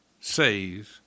says